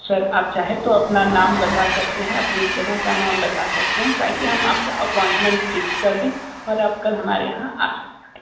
sir आप चाहें तो अपना नाम बता सकते हैं अपनी जगह का नाम बता सकते हैं ताकि हम आपका अपॉइंटमेंट फिक्स कर दें और आप कल हमारे यहाँ आ सकते हैं